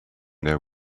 their